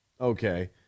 Okay